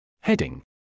Heading